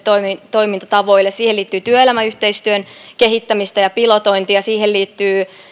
toimintatavoille siihen liittyy työelämäyhteistyön kehittämistä ja pilotointia siihen liittyy